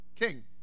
king